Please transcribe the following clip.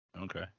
Okay